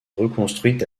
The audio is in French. reconstruite